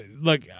look